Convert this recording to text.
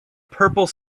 purple